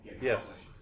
Yes